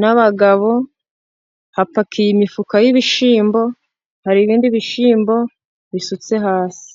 n'abagabo hapakiye imifuka y'ibishyimbo, hari ibindi bishyimbo bisutse hasi.